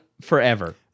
forever